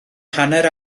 hanner